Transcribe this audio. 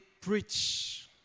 preach